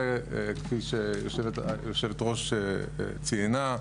זה כפי שיושבת הראש ציינה.